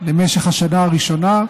למשך השנה הראשונה.